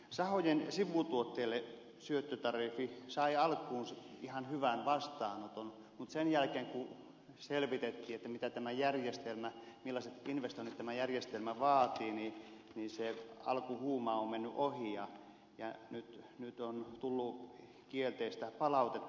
sahojen sivutuotteiden osalta syöttötariffi sai alkuunsa ihan hyvän vastaanoton mutta sen jälkeen kun selvitettiin millaiset investoinnit tämä järjestelmä vaatii niin se alkuhuuma on mennyt ohi ja nyt on tullut kielteistä palautetta